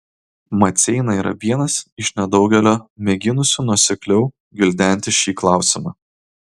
maceina yra vienas iš nedaugelio mėginusių nuosekliau gvildenti šį klausimą